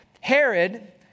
Herod